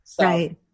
Right